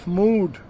mood